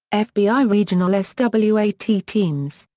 f b i. regional s w a t. teams,